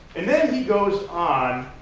and then he goes on,